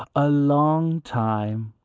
a long time.